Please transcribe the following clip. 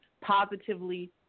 positively